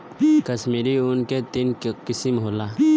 कश्मीरी ऊन के तीन किसम होला